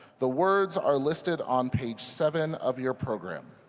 the words are listed on page seven of your program.